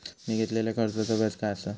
मी घेतलाल्या कर्जाचा व्याज काय आसा?